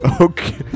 Okay